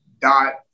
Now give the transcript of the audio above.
dot